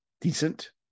decent